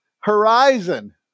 horizon